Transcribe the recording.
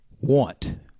want